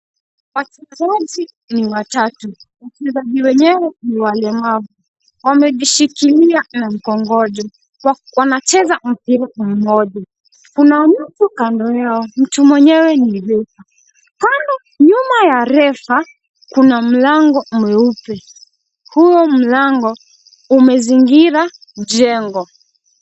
Wachezaji ni watatu. Wachezaji wenyewe ni walemavu. Wamejishikilia na mkongojo. Wanacheza mpira pamoja. Kuna mtu kando yao. Mtu mwenyewe ni refa. Nyuma ya refa kuna mlango mweupe. Huo mlango umezingira, mjengo